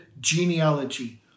genealogy